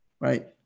right